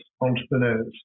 entrepreneurs